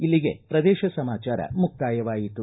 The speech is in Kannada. ಇಲ್ಲಿಗೆ ಪ್ರದೇಶ ಸಮಾಚಾರ ಮುಕ್ತಾಯವಾಯಿತು